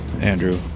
Andrew